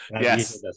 yes